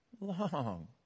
long